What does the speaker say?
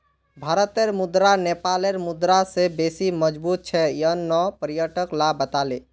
भारतेर मुद्रा नेपालेर मुद्रा स बेसी मजबूत छेक यन न पर्यटक ला बताले